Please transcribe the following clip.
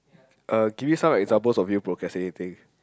uh give me some examples of you procrastinating